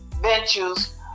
ventures